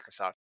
Microsoft